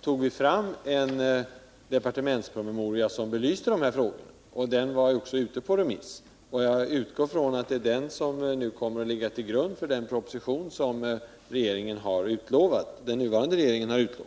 tog vi fram en departementspromemoria som belyste de här frågorna. Den var också ute på remiss, och jag utgår från att den nu kommer att ligga till grund för den proposition som den nuvarande regeringen har utlovat.